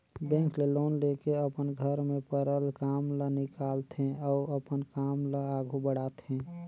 bank ले loan लेके अपन घर में परल काम ल निकालथे अउ अपन काम ल आघु बढ़ाथे